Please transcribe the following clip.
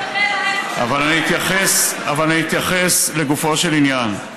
איך זה מסתדר, אבל אתייחס לגופו של עניין.